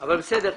אבל בסדר.